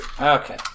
Okay